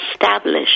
establish